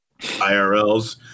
IRLs